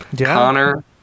Connor